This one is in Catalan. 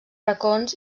racons